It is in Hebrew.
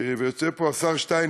ויושב פה השר שטייניץ,